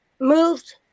moved